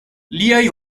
liaj